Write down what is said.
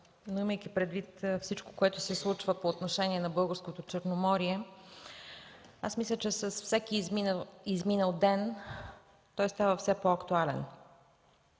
но имайки предвид всичко, което се случва по отношение на българското Черноморие, аз мисля, че с всеки изминал ден той става все по-актуален.